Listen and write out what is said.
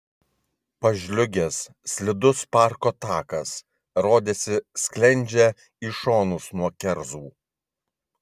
pažliugęs slidus parko takas rodėsi sklendžia į šonus nuo kerzų